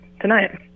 tonight